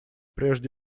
прежде